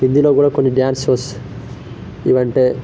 హిందీలో కూడా కొన్ని డ్యాన్సెస్ ఇవంటే